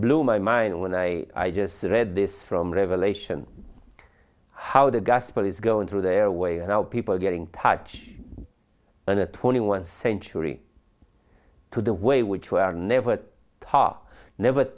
blew my mind when i just read this from revelation how the gospel is going through their way and how people are getting touched and the twenty one century to the way which were never